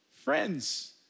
Friends